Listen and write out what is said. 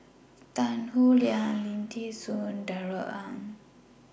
Tan Howe Liang Lim Thean Soo and Darrell Ang